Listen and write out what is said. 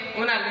una